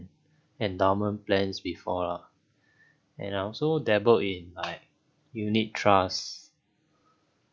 endowment plans before lah and I also dabbled in like unit trust